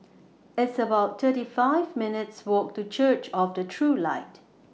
It's about thirty five minutes' Walk to Church of The True Light